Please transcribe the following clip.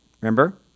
remember